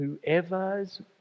Whoever's